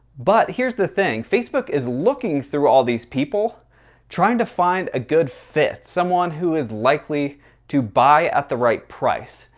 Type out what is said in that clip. but here's the thing, facebook is looking through all these people trying to find a good fit someone who is likely to buy at the right price,